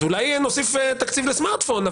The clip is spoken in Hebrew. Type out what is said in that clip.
אז אולי נוסיף תקציב לסמארטפון.